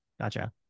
Gotcha